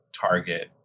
target